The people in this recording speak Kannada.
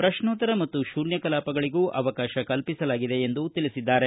ಪ್ರಶ್ನೋತ್ತರ ಮತ್ತು ಶೂನ್ಯ ಕಲಾಪಗಳಿಗೂ ಅವಕಾಶ ಕಲ್ಪಿಸಲಾಗಿದೆ ಎಂದು ತಿಳಿಸಿದ್ದಾರೆ